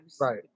right